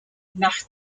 nach